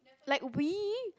like we